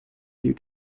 due